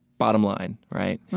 bottom line, right?